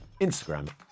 Instagram